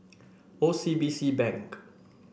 O C B C Bank